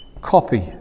Copy